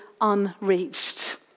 unreached